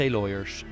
Lawyers